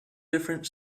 different